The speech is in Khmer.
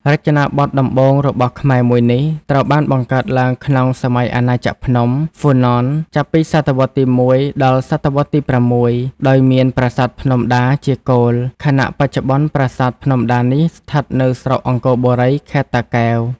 រចនាបថដំបូងរបស់ខ្មែរមួយនេះ ត្រូវបានបង្កើតឡើងក្នុងសម័យអាណាចក្រភ្នំ ហ្វ៊ូណន ចាប់ពីសតវត្សទី១ ដល់សតវត្សទី៦ ដោយមានប្រាសាទភ្នំដាជាគោល ខណៈបច្ចុប្បន្នប្រាសាទភ្នំដានេះស្ថិតនៅស្រុកអង្គរបុរី ខេត្តតាកែវ។